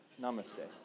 Namaste